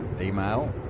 Email